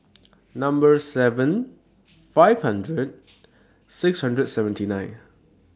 Number seven five hundred six hundred seventy nine